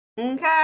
Okay